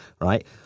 right